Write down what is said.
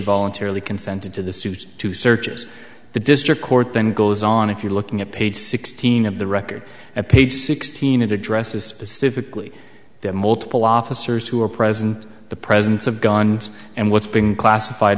voluntarily consented to the suit two searches the district court then goes on if you're looking at page sixteen of the record at page sixteen it addresses specifically that multiple officers who were present the presence of guns and what's being classified